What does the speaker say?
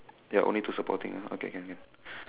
ya only two supporting okay can can